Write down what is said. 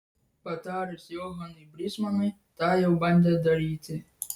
patarus johanui brysmanui tą jau bandė daryti